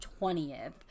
20th